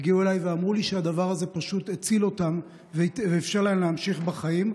הגיעו אליי ואמרו לי שהדבר הזה פשוט הציל אותם ואפשר להם להמשיך בחיים.